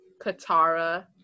Katara